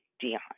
Dion